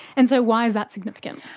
and so why is that significant?